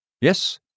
Yes